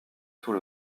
tout